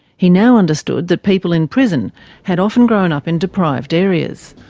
he now understood that people in prison had often grown up in deprived areas.